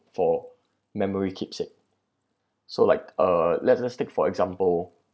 for memory keepsake so like uh let's let's take for example